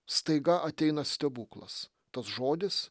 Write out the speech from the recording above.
staiga ateina stebuklas tas žodis